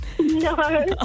No